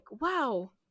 wow